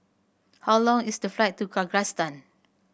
how long is the flight to Kyrgyzstan